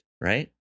right